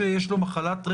תראו, אם יש הכרזה,